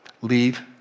Leave